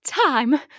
Time